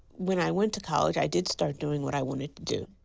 when i went to college, i did start doing what i wanted to do.